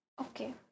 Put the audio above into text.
Okay